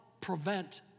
prevent